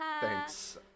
Thanks